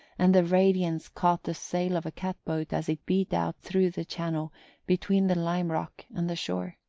and the radiance caught the sail of a catboat as it beat out through the channel between the lime rock and the shore.